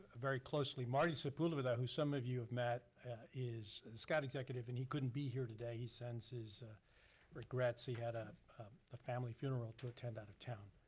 very closely. marty sepulveda who some of you have met is scout executive and he couldn't be here today he sends his regrets. he had a ah family funeral to attend out of town.